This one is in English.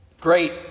great